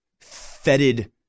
fetid